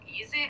easy